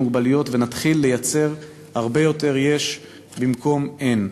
מוגבלויות ונתחיל לייצר הרבה יותר יש במקום אין: